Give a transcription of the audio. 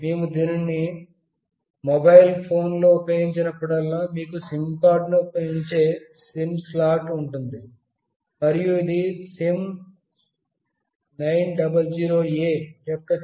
మేము దీనిని మొబైల్ ఫోన్లో ఉపయోగించినప్పుడల్లా మీకు సిమ్ కార్డును ఉంచే సిమ్ స్లాట్ ఉంటుంది మరియు ఇది SIM900A యొక్క చిప్